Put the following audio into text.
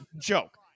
Joke